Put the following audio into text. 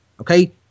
okay